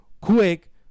quick